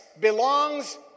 belongs